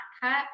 cut